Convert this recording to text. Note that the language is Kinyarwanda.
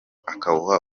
akawuha